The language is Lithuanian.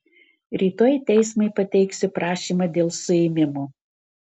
rytoj teismui pateiksiu prašymą dėl suėmimo